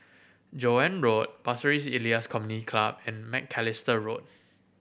Joan Road Pasir Ris Elias Community Club and Macalister Road